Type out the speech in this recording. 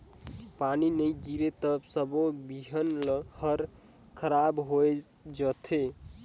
पानी नई गिरे त सबो बिहन हर खराब होए जथे